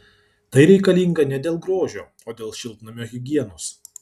tai reikalinga ne dėl grožio o dėl šiltnamio higienos